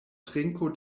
trinko